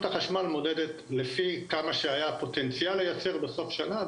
רשות החשמל מודדת לפי כמה פוטנציאל שהיה לייצר בסוף שנה,